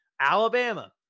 Alabama